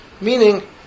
Meaning